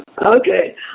Okay